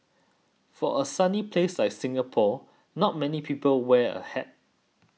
for a sunny place like Singapore not many people wear a hat